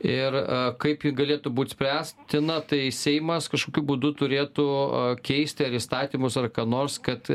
ir kaip ji galėtų būt spręstina tai seimas kažkokiu būdu turėtų keisti įstatymus ar ką nors kad